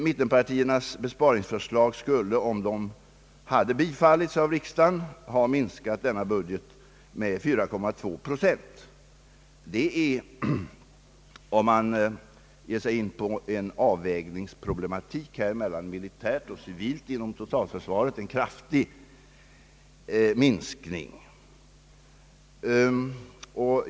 Mittenpartiernas besparingsförslag skulle, om de hade bifallits av riksdagen, ha minskat denna budget med 4,2 procent. Om man ger sig in på en avvägning i detta fall mellan militära och civila ändamål inom totalförsvaret innebär detta en kraftig minskning.